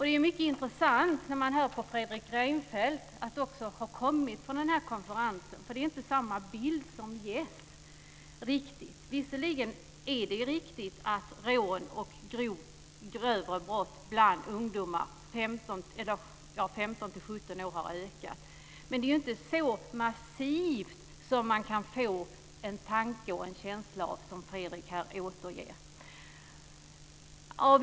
Det är mycket intressant att höra att Fredrik Reinfeldt också har kommit från denna konferens, för det är inte samma bild som ges. Visserligen är det riktigt att rån och grövre brott bland ungdomar som är 15-17 år har ökat, men det är inte så massivt som man kan få en tanke om och en känsla av när Fredrik Reinfeldt återger det.